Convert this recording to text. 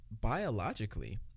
biologically